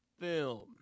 film